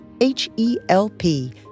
H-E-L-P